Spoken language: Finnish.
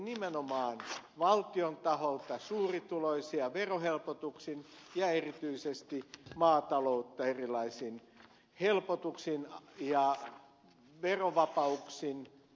nimenomaan valtion taholta suurituloisia verohelpotuksin ja erityisesti maataloutta erilaisin helpotuksin ja verovapauksin